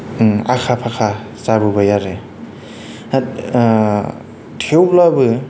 आखा फाखा जाबोबाय आरो दा थेवब्लाबो